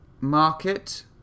market